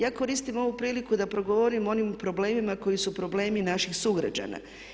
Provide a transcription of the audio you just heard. Ja koristim ovu priliku da progovorim o onim problemima koji su problemi naših sugrađana.